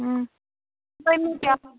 ꯎꯝ ꯅꯣꯏ ꯃꯤ ꯀꯌꯥ